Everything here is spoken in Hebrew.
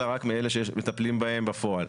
אלא רק מאלה שמטפלים בהם בפועל.